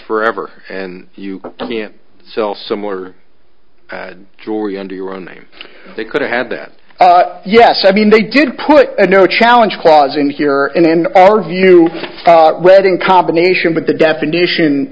forever and you can't sell similar jewelry under your own name they could've had that yes i mean they did put a no challenge clause in here and in our view wedding combination but the definition